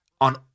on